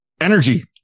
energy